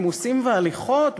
נימוסים והליכות?